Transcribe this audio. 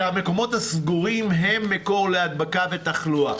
שהמקומות הסגורים הם מקור להדבקה ותחלואה,